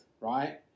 right